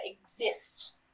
exist